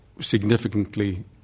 significantly